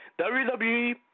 WWE